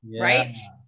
Right